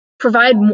Provide